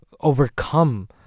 overcome